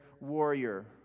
warrior